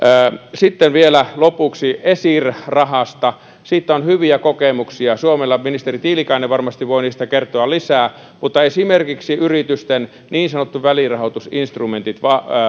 sitten vielä lopuksi esir rahasta siitä on hyviä kokemuksia suomella ministeri tiilikainen varmasti voi niistä kertoa lisää mutta esimerkiksi yritysten niin sanotut välirahoitusinstrumentit